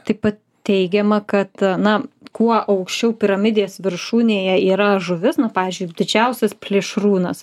taip pat teigiama kad na kuo aukščiau piramidės viršūnėje yra žuvis na pavyzdžiui didžiausias plėšrūnas